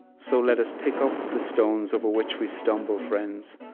so let us pick up the stones over which we stumble, friends,